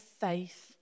faith